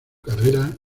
carrera